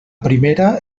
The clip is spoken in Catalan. primera